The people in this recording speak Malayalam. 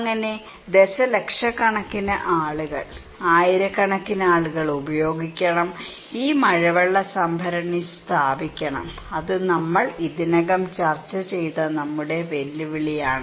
അങ്ങനെ ദശലക്ഷക്കണക്കിന് ആളുകൾ ആയിരക്കണക്കിന് ആളുകൾ ഉപയോഗിക്കണം ഈ മഴവെള്ള സംഭരണി സ്ഥാപിക്കണം അത് നമ്മൾ ഇതിനകം ചർച്ച ചെയ്ത നമ്മുടെ വെല്ലുവിളിയാണ്